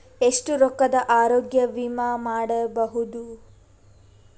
ಎಷ್ಟ ರೊಕ್ಕದ ಆರೋಗ್ಯ ವಿಮಾ ಮಾಡಬಹುದು?